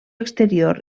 exterior